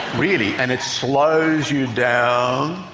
really and it slows you down,